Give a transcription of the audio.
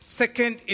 second